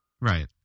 Right